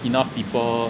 enough people